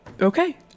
okay